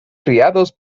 criados